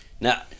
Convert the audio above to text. Now